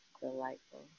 Delightful